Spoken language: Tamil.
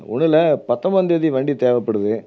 ஒன்றும் இல்லை பத்தொம்போதாந்தேதி வண்டி தேவைப்படுது